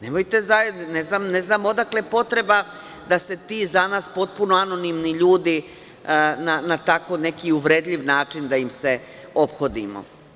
Ne znam odakle potreba da se ti za nas potpuno anonimni ljudi na tako neki uvredljiv način da im se ophodimo.